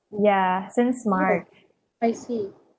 ya since march